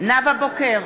נאוה בוקר,